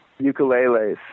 Ukuleles